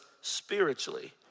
spiritually